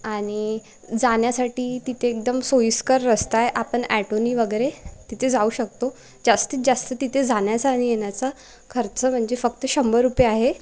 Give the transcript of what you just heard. आणि जाण्यासाठी तिथे एकदम सोयीस्कर रस्ता आहे आपण ॲटोनी वगैरे तिथे जाऊ शकतो जास्तीत जास्त तिथे जाण्याचा आणि येण्याचा खर्च म्हणजे फक्त शंभर रुपये आहे